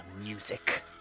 music